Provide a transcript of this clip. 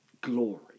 glory